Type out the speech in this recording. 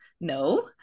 no